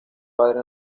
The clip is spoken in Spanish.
padre